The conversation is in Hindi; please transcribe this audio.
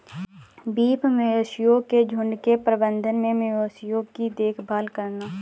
बीफ मवेशियों के झुंड के प्रबंधन में मवेशियों की देखभाल करना